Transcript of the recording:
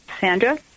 Sandra